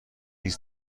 است